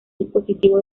dispositivo